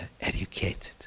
educated